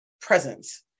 presence